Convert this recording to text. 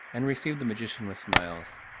and receive the magician with smiles,